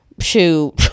shoot